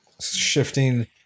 Shifting